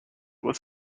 was